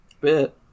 bit